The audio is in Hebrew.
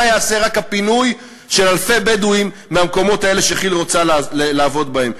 מה יעשה רק הפינוי של אלפי בדואים מהמקומות האלה שכי"ל רוצה לעבוד בהם.